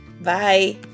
Bye